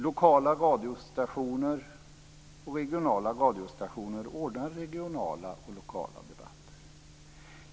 Lokala radiostationer och regionala radiostationer ordnar regionala och lokala debatter.